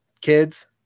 Kids